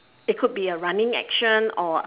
it could be a running action or